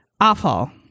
awful